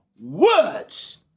words